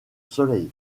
soleil